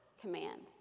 commands